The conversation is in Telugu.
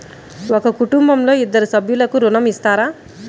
ఒక కుటుంబంలో ఇద్దరు సభ్యులకు ఋణం ఇస్తారా?